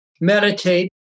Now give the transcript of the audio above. Meditate